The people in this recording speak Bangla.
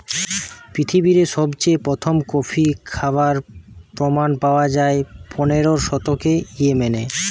পৃথিবীরে সবচেয়ে প্রথম কফি খাবার প্রমাণ পায়া যায় পনেরোর শতকে ইয়েমেনে